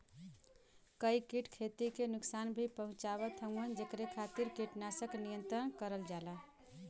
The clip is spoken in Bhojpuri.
कई कीट खेती के नुकसान भी पहुंचावत हउवन जेकरे खातिर कीटनाशक नियंत्रण करल जाला